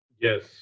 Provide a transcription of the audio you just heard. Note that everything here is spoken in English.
Yes